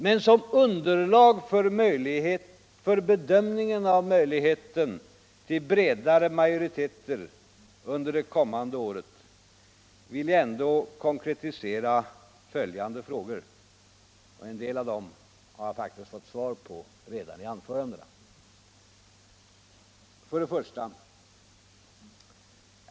Men som underlag för bedömningen av möjligheten till bredare majoriteter under det kommande året vill jag ändå konkretisera följande frågor — en del av dem har jag faktiskt redan fått svar på i anförandena. 1.